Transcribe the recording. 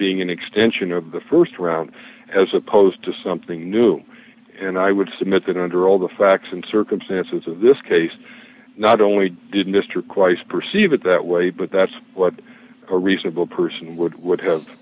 being an extension of the st round as opposed to something new and i would submit that under all the facts and circumstances of this case not only did mr quiesce perceive it that way but that's what a reasonable person would would have